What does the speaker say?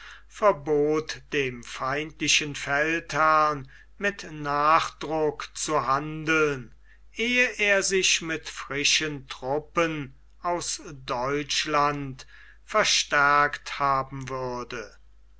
verbot dem feindlichen feldherrn mit nachdruck zu handeln ehe er sich mit frischen truppen ans deutschland verstärkt haben würde